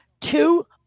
two